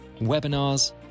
webinars